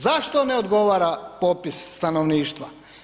Zašto ne odgovara popis stanovništva?